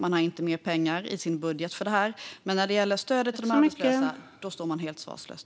Man har inte mer pengar i sin budget för det här. Men när det gäller stödet till de arbetslösa står man helt svarslös.